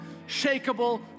unshakable